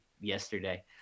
yesterday